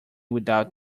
without